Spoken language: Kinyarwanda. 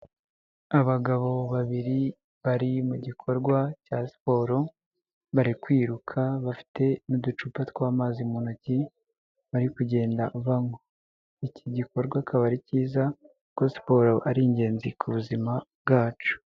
Abagabo babiri bari mu gikorwa cya siporo, bari kwiruka bafite n'uducupa twa'amazi mu ntoki bari kugenda banywa, iki gikorwa akaba ari cyiza kuko siporro ari ingenzi ku buzima bwacu.